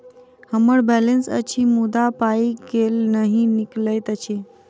हम्मर बैलेंस अछि मुदा पाई केल नहि निकलैत अछि?